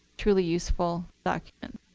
truly useful document.